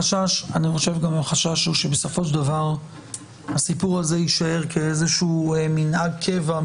החשש בסופו של דבר שהסיפור הזה יישאר כאיזה מנהג קבע,